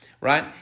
right